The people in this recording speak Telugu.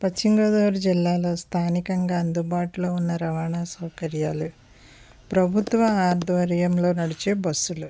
పశ్చిమ గోదావరి జిల్లాలో స్థానికంగా అందుబాటులో ఉన్న రవాణా సౌకర్యాలు ప్రభుత్వ ఆధ్వర్యంలో నడిచే బస్సులు